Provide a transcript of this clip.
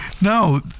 No